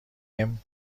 این